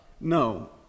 No